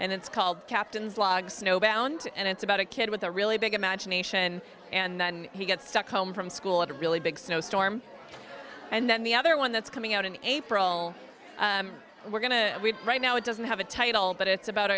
and it's called captain's log snowbound and it's about a kid with a really big imagination and he gets home from school at a really big snowstorm and then the other one that's coming out in april we're going to read right now it doesn't have a title but it's about